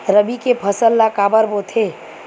रबी के फसल ला काबर बोथे?